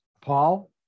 Paul